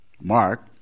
Mark